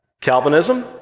Calvinism